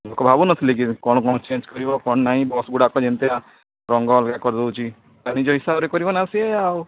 ଲୋକ ଭାବୁନଥିଲେ କି କ'ଣ କ'ଣ ଚେଞ୍ଜ୍ କରିବ କ'ଣ ନାହିଁ ବସ୍ ଗୁଡ଼ାକ ଯେମିତିଆ ରଙ୍ଗ ଇଏ କରି ଦେଉଛି ତା ନିଜ ହିସାବରେ କରିବ ନା ସିଏ ଆଉ